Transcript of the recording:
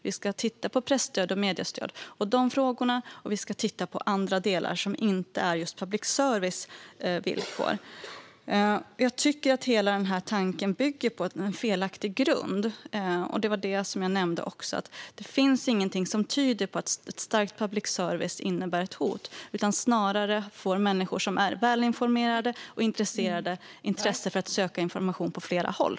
Vi ska titta på frågorna om presstöd och mediestöd, och vi ska titta på andra delar som inte gäller just public services villkor. Jag tycker att hela tanken bygger på en felaktig grund. Som jag nämnde finns det ingenting som tyder på att en stark public service innebär ett hot. Det är snarare så att människor som är välinformerade och intresserade får ett intresse av att söka information på flera håll.